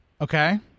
Okay